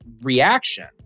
reaction